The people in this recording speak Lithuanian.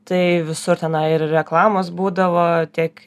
tai visur tenai ir reklamos būdavo tiek